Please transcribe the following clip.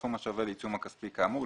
סכום השווה לעיצום הכספי כאמור.